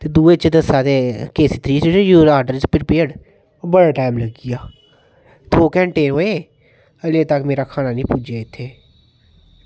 ते एप च दस्सा दे कि यूअर ऑर्डर इज़ प्रपेअर ते बड़ा टैम लग्गी गेआ दौ घैंटे होए अजे तगर मेरा खाना निं पुज्जेआ इत्थें